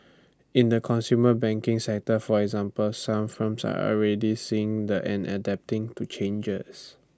in the consumer banking sector for example some firms are already seeing and adapting to changes